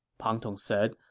pang tong said,